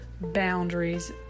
boundaries